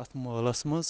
اَتھ مٲلس منٛز